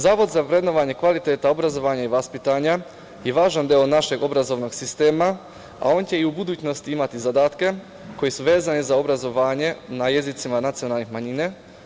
Zavod za vrednovanje kvaliteta obrazovanja i vaspitanja je važan deo našeg obrazovnog sistema, a on će i u budućnosti imati zadatke koji su vezani za obrazovanje na jezicima nacionalnih manjina.